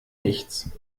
nichts